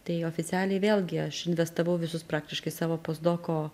tai oficialiai vėlgi aš investavau visus praktiškai savo postdoko